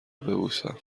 ببوسم